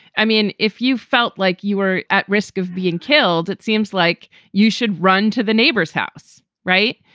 i mean, if you felt like you were at risk of being killed, it seems like you should run to the neighbor's house. right.